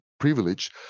Privilege